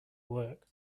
work